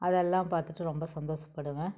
அதெல்லாம் பார்த்துட்டு ரொம்ப சந்தோசப்படுவேன்